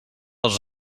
les